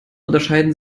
unterscheiden